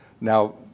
Now